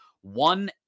one